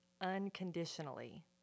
unconditionally